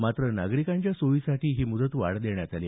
मात्र नागरिकांच्या सोयीसाठी ही मुदतवाढ देण्यात आली